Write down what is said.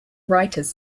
writers